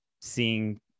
seeing